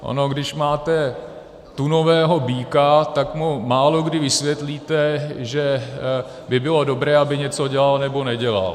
Ono když máte tunového býka, tak mu málokdy vysvětlíte, že by bylo dobré, aby něco dělal nebo nedělal.